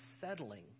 settling